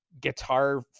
guitar